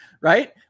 Right